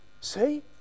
See